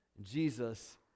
jesus